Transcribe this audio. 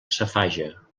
safaja